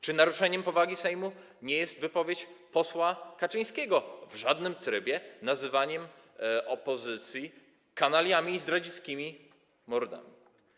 Czy naruszeniem powagi Sejmu nie jest wypowiedź posła Kaczyńskiego przedstawiona w żadnym trybie z nazywaniem opozycji kanaliami i zdradzieckimi mordami?